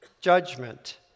judgment